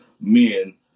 men